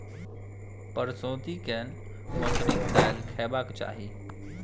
परसौती केँ मसुरीक दालि खेबाक चाही